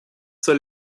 zur